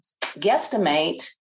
guesstimate